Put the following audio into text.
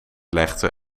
legde